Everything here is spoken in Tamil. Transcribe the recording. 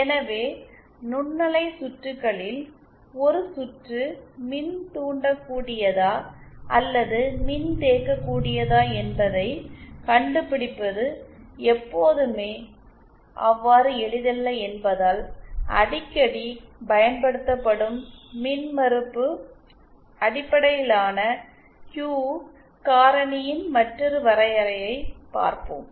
எனவே நுண்ணலை சுற்றுகளில் ஒரு சுற்று மின்தூண்டக்கூடியதா அல்லது மின்தேக்க கூடியதா என்பதைக் கண்டுபிடிப்பது எப்போதுமே அவ்வளவு எளிதல்ல என்பதால் அடிக்கடி பயன்படுத்தப்படும் மின் மறுப்பு அடிப்படையிலான Q காரணியின் மற்றொரு வரையறையை பார்ப்போம்